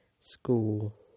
School